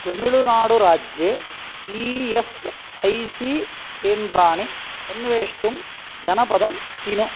तमिळुनाडु राज्ये E S I C केन्द्राणि अन्वेष्टुं जनपदं चिनु